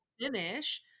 finish